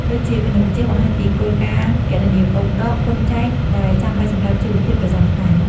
ដូចជាគណិតវិទ្យា បង្ហាញពីគោលការណ៍គណនាបូក ដក គុណ ចែក ដែលចាំបាច់សម្រាប់ជីវភាពប្រចាំថ្ងៃ។